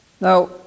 now